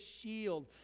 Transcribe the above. shield